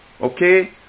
okay